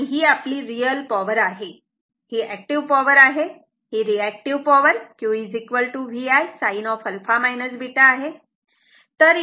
तेव्हा ही आपली रियल पॉवर आहे ही एक्टिव्ह पॉवर आहे आता हे reactive power Q VI sin α β आहे